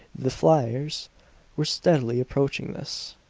the fliers were steadily approaching this,